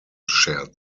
shared